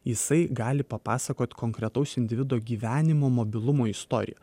jisai gali papasakot konkretaus individo gyvenimo mobilumo istoriją